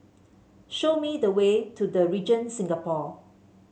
show me the way to The Regent Singapore